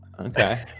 okay